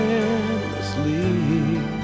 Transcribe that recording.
endlessly